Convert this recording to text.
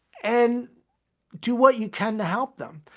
and do what you can to help them.